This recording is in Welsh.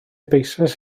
bwyslais